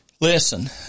Listen